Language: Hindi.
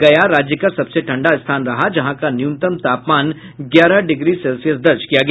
गया राज्य का सबसे ठंडा स्थान रहा जहां का न्यूनतम तापमान ग्यारह डिग्री सेल्सियस दर्ज किया गया